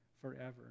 forever